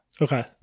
Okay